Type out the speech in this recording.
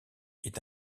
est